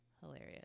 hilarious